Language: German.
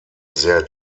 sehr